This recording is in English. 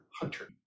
hunter